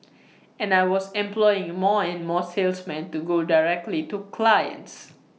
and I was employing more and more salesmen to go directly to clients